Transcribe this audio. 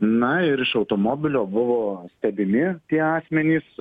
na ir iš automobilio buvo stebimi tie akmenys